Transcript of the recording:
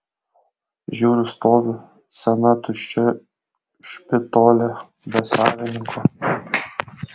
žiūriu stovi sena tuščia špitolė be savininko